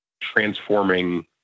transforming